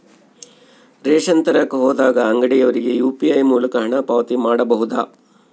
Ration ತರಕ ಹೋದಾಗ ಅಂಗಡಿಯವನಿಗೆ ಯು.ಪಿ.ಐ ಮೂಲಕ ಹಣ ಪಾವತಿ ಮಾಡಬಹುದಾ?